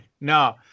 no